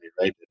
right